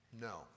No